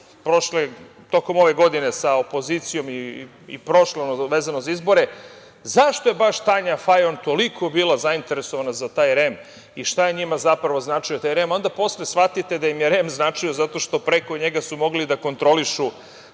imali tokom ove godine sa opozicijom i prošle godine, vezano za izbore, zašto je baš Tanja Fajon toliko bila zainteresovana za taj REM i šta je njima zapravo značio taj REM. Onda posle shvatite da im je REM značio zato što su preko njega mogli da kontrolišu